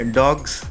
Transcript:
dogs